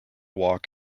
walk